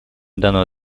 данного